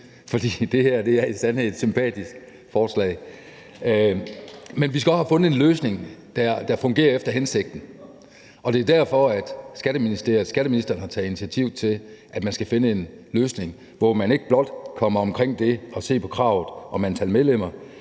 for det er i sandhed et sympatisk forslag. Men vi skal også have fundet en løsning, der fungerer efter hensigten, og det er derfor, at Skatteministeriet og skatteministeren har taget initiativ til, at man skal finde en løsning, hvor man ikke blot kommer omkring det at se på kravet om antal medlemmer,